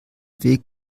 weg